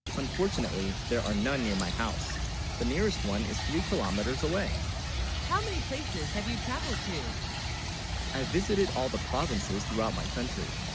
unfortunately there are none near, my house the nearest one is three kilometers away how. many places have you traveled to i visited all the provinces throughout, my country